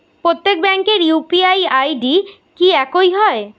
প্রত্যেক ব্যাংকের UPI ID কি একই হয়?